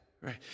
Right